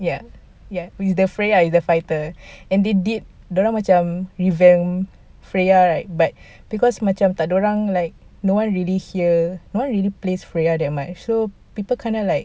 ya ya it's the freya it's the fighter and they did dia orang macam revamp freya right but because macam tiada orang like no one really hear nor really plays freya that much so